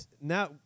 Now